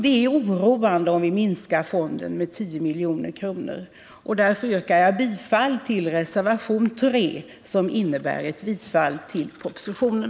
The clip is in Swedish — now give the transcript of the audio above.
Det är oroande om vi minskar fonden med 10 milj.kr. Därför yrkar jag bifall till reservationen 3, som innebär ett bifall till propositionen.